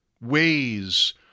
ways